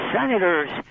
senators